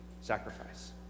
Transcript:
sacrifice